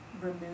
remove